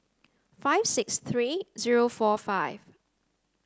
five six three zero four five